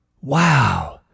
wow